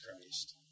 Christ